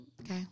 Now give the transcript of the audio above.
Okay